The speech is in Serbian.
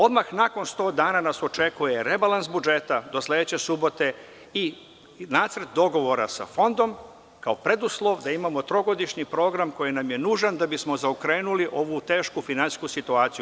Odmah nakon 100 dana nas očekuje rebalans budžeta, do sledeće subote, i nacrt dogovora sa Fondom, kao preduslov da imamo trogodišnji program koji nam je nužan da bismo zaokrenuli ovu tešku finansijsku situaciju.